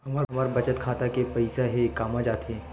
हमर बचत खाता के पईसा हे कामा जाथे?